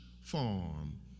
farm